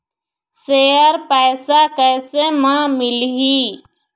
Share पैसा कैसे म मिलही?